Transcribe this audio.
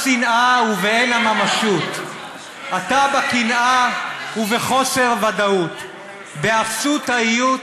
"אתה בשנאה ובעין הממשות / אתה בקנאה ובחוסר ודאות / באפסות ההיות,